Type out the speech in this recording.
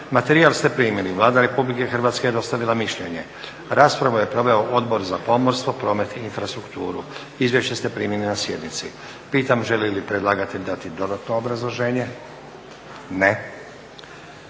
Materijal ste primili. Vlada RH je dostavila mišljenje. Raspravu je proveo Odbor za pomorstvo, promet i infrastrukturu. Izvješća ste primili na sjednici. Pitam, želi li predlagatelj dati dodatno obrazloženje? Ne.